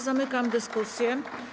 Zamykam dyskusję.